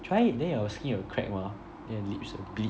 try it then your skin will crack mah then your lips will bleed